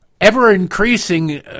ever-increasing